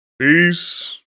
Peace